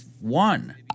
one